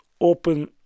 open